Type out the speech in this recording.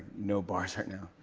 no bars right now.